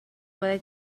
byddai